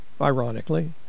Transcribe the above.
ironically